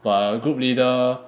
but a group leader